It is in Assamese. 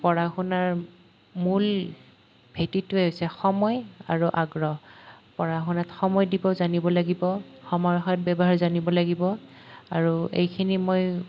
পঢ়া শুনাৰ মূল ভেঁটিটোৱেই হৈছে সময় আৰু আগ্ৰহ পঢ়া শুনাত সময় দিব জানিব লাগিব সময়ৰ সৎ ব্যৱহাৰ জানিব লাগিব আৰু এইখিনি মই